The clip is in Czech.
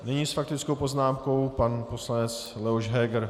Nyní s faktickou poznámkou pan poslanec Leoš Heger.